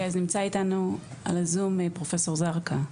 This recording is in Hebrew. כן אז נמצא איתנו בזום פרופ' זרקא.